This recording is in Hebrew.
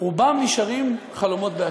רובם, נשארים חלומות בהקיץ,